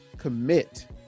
commit